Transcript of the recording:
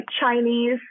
Chinese